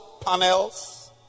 panels